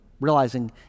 realizing